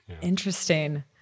Interesting